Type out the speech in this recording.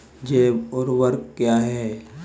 जैव ऊर्वक क्या है?